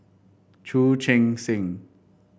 Chu Chee Seng